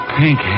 pink